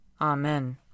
Amen